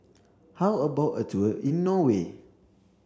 how about a tour in Norway